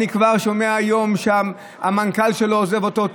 אני היום כבר שומע שהמנכ"ל שלו עוזב אותו.